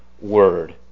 word